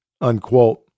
unquote